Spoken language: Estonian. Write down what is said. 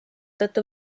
tõttu